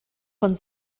von